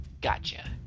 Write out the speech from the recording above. Gotcha